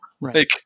Right